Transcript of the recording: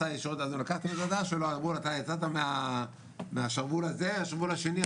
לקח את המזוודה שלו אמרו לו יצאת מהשרוול הזה לשרוול השני,